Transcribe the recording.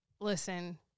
listen